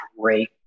great